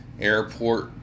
airport